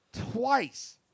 twice